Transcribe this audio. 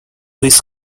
which